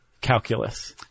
calculus